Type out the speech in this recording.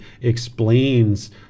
explains